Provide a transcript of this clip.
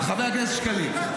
חבר הכנסת שקלים,